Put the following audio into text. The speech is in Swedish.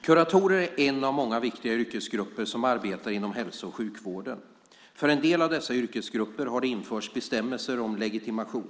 Kuratorer är en av många viktiga yrkesgrupper som arbetar inom hälso och sjukvården. För en del av dessa yrkesgrupper har det införts bestämmelser om legitimation.